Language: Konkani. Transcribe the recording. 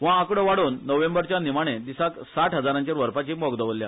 हो आंकडो वाडोवन नोव्हेंबरच्या निमाणे दिसाक साठ हजारांचेर व्हरपाची मोख दवल्ल्या